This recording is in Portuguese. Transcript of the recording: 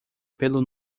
pelo